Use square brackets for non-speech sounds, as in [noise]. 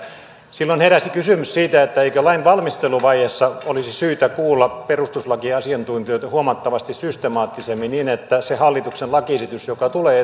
silloin heräsi kysymys siitä eikö lainvalmisteluvaiheessa olisi syytä kuulla perustuslakiasiantuntijoita huomattavasti systemaattisemmin niin että siitä hallituksen lakiesityksestä joka tulee [unintelligible]